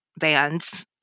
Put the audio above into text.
vans